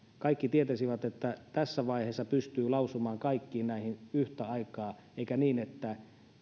kaikki tietäisivät että tässä vaiheessa pystyy lausumaan kaikkiin näihin yhtä aikaa eikä niin että